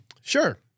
Sure